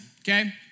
okay